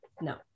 No